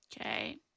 Okay